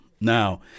Now